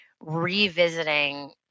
revisiting